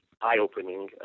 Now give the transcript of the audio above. eye-opening